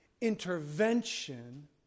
intervention